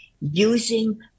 using